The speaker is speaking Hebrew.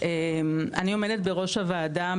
אני עומדת בראש הוועדה,